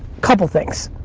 couple things,